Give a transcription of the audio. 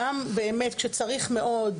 גם באמת כשצריך מאוד,